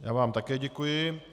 Já vám také děkuji.